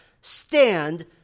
stand